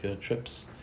trips